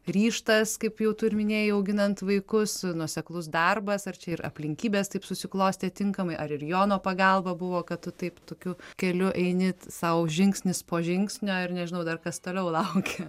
ryžtas kaip jau tu ir minėjai auginant vaikus nuoseklus darbas ar čia ir aplinkybės taip susiklostė tinkamai ar ir jono pagalba buvo kad tu taip tokiu keliu eini sau žingsnis po žingsnio ir nežinau dar kas toliau laukia